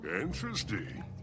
Interesting